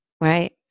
Right